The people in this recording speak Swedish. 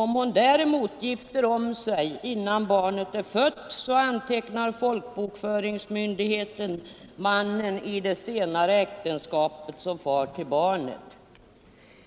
Om hon däremot gifter om sig innan barnet föds antecknar folkbokföringsmyndigheten mannen i det senare äktenskapet som far till barnet.